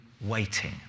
waiting